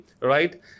right